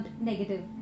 negative